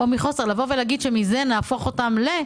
האם בגלל זה נהפוך אותם ל...